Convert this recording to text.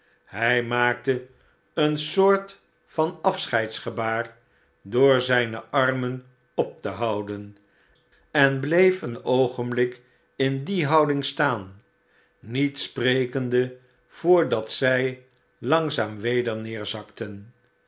hij maakte een soort van afscheid sgebaar door zijne armen op te houden en bleef een oogenbl'ik in die houding staan niet sprekende voordat zij langzaam weder